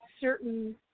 certain